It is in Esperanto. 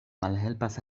malhelpas